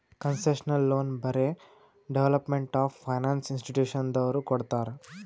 concessional loan ಬರೇ development of finance ಇನ್ಸ್ಟಿಟ್ಯೂಷನದವ್ರು ಕೊಡ್ತಾರ್